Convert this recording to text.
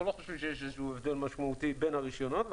אנחנו לא חושבים שיש הבדל משמעותי בין הרישיונות.